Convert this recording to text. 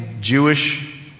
Jewish